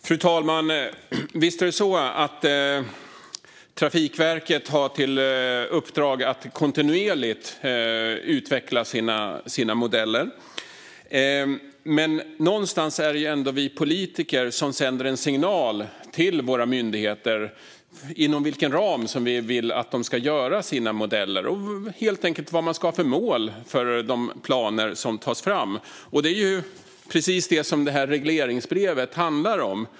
Fru talman! Visst har Trafikverket i uppdrag att kontinuerligt utveckla sina modeller. Men någonstans sänder vi politiker ändå en signal till våra myndigheter när det gäller inom vilken ram vi vill att de ska göra sina modeller och helt enkelt vilka mål de ska ha för de planer som tas fram. Det är ju precis detta som regleringsbrevet handlar om.